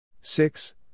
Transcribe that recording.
Six